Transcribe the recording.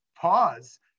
pause